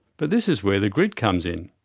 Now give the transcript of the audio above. but this is where the grid comes in.